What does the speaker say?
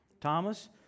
Thomas